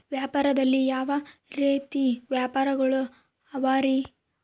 ವ್ಯಾಪಾರದಲ್ಲಿ ಯಾವ ರೇತಿ ವ್ಯಾಪಾರಗಳು ಅವರಿ?